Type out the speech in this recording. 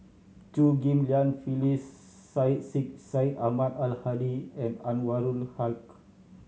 Chew Ghim Lian Phyllis Syed Sheikh Syed Ahmad Al Hadi and Anwarul Haque